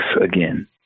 again